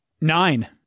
nine